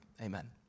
amen